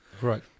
Right